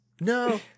No